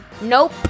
Nope